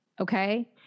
Okay